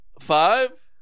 Five